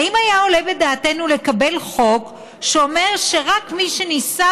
האם היה עולה בדעתנו לקבל חוק שאומר שרק מי שנישא